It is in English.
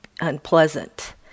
unpleasant